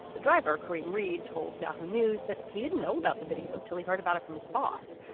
the driver, cory reid, told yahoo! news that he didn't know about the video till he heard about it from his boss,